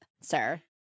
sir